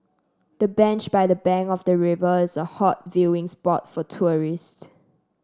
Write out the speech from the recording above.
the bench by the bank of the river is a hot viewing spot for tourists